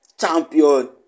champion